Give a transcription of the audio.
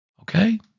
Okay